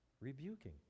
rebuking